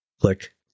Click